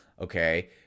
okay